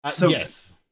Yes